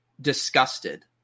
disgusted